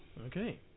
Okay